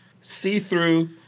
see-through